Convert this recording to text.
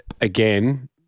Again